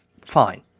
Fine